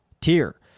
tier